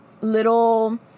little